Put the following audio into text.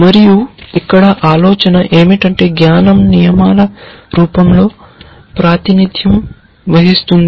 మరియు ఇక్కడ ఆలోచన ఏమిటంటే జ్ఞానం నియమాల రూపంలో ప్రాతినిధ్యం వహిస్తుంది